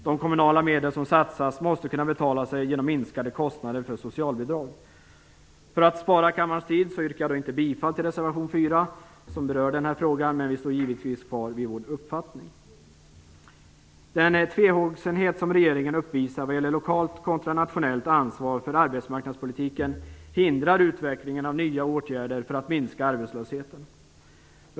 De kommunala medel som satsas måste kunna betala sig genom minskade kostnader för socialbidrag. För att spara kammarens tid yrkar jag inte bifall till reservation 4, som berör denna fråga, men givetvis står vi kvar vid vår uppfattning. Den tvehågsenhet som regeringen uppvisar vad gäller lokalt kontra nationellt ansvar för arbetsmarknadspolitiken hindrar utvecklingen av nya åtgärder för att minska arbetslösheten.